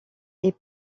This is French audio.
est